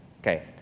Okay